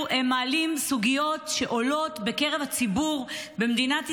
סוגיות שעולות בקרב הציבור במדינת ישראל,